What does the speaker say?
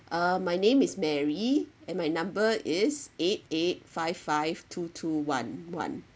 uh my name is mary and my number is eight eight five five two two one one